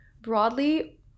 broadly